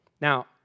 Now